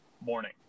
morning